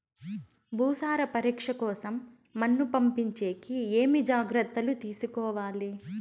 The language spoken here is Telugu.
భూసార పరీక్ష కోసం మన్ను పంపించేకి ఏమి జాగ్రత్తలు తీసుకోవాలి?